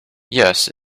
yes